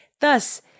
Thus